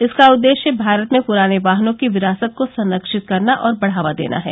इसका उद्देश्य भारत में पुराने वाहनों की विरासत को संरक्षित करना और बढ़ावा देना है